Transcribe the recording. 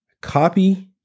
copy